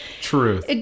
Truth